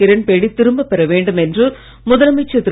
கிரண்பேடிதிரும்பப்பெறவேண்டும்எ ன்றுமுதலமைச்சர்திரு